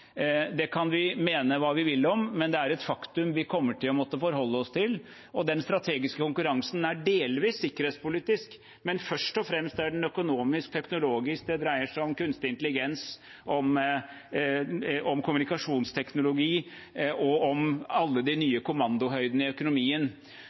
Det kan vi mene hva vi vil om, men det er et faktum vi kommer til å måtte forholde oss til. Den strategiske konkurransen er delvis sikkerhetspolitisk, men først og fremst er den økonomisk og teknologisk. Det dreier seg om kunstig intelligens, om kommunikasjonsteknologi og om alle de